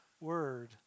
word